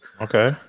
okay